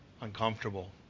uncomfortable